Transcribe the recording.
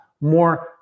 more